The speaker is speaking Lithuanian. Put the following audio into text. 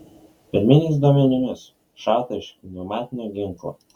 pirminiais duomenimis šauta iš pneumatinio ginklo